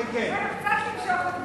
קצת למשוך,